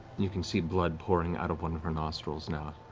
you can see blood pouring out of one of her nostrils now.